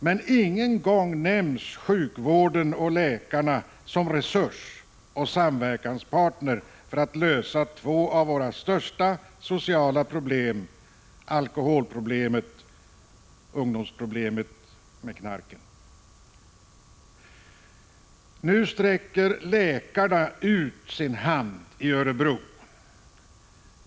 Men ingen gång nämns sjukvården och läkarna som en resurs och samverkanspartner för att lösa två av våra största sociala problem: ungdomens problem med alkohol och narkotika. I Örebro sträcker läkarna ut handen.